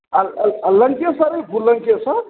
आओर ललके सब यऽ